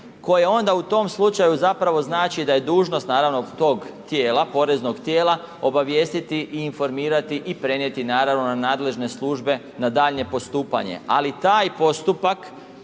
koje onda u tom slučaju zapravo znači da je dužnost, naravno tog tijela, poreznog tijela, obavijestiti i informirati i prenijeti naravno na nadležne službe na daljnje postupanje. Ali taj postupak